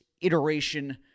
iteration